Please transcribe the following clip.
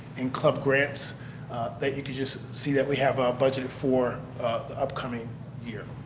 and club grants that you can just see that we have budgeted for the upcoming year.